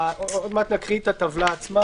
עוד מעט נקריא את הטבלה עצמה.